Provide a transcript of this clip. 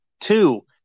two